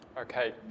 Okay